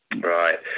Right